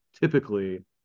typically